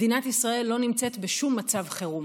מדינת ישראל לא נמצאת בשום מצב חירום.